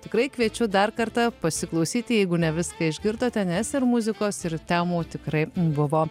tikrai kviečiu dar kartą pasiklausyti jeigu ne viską išgirdote nes ir muzikos ir temų tikrai buvo